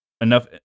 enough